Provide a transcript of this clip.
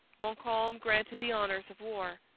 montcalm granted the honours of war.